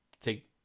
take